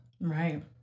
Right